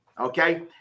Okay